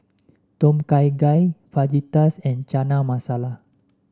Tom Kha Gai Fajitas and Chana Masala